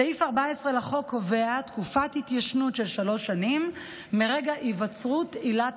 סעיף 14 לחוק קובע תקופת התיישנות של שלוש שנים מרגע היווצרות עילת